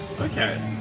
Okay